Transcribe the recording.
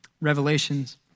Revelations